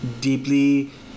deeply